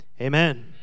amen